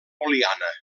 oliana